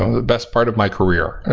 um the best part of my career,